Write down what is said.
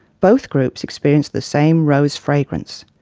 both groups experienced the same rose fragrance.